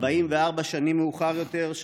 44 שנים מאוחר יותר,